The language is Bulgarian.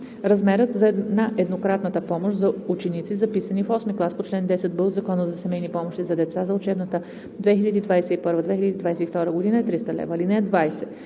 Размерът на еднократната помощ за ученици, записани в осми клас, по чл. 10б от Закона за семейни помощи за деца за учебната 2021 – 2022 г. е 300 лв. (20)